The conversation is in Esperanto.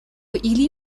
ili